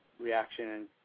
reaction